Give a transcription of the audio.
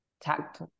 tact